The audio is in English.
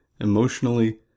emotionally